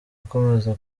akomeza